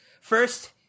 first